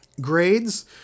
Grades